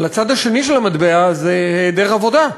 אבל הצד השני של המטבע הוא היעדר עבודה.